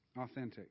authentic